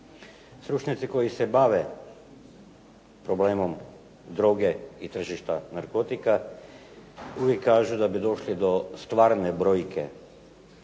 Stručnjaci koji se bave problemom droge i tržišta narkotika, uvijek kažu da bi došli do stvarne brojke ovu